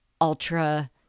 ultra